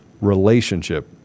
relationship